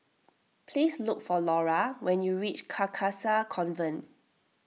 please look for Laura when you reach Carcasa Convent